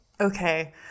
okay